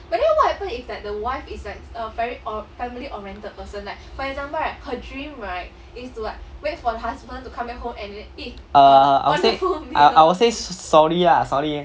err I will say I will say sorry ah sorry